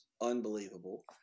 unbelievable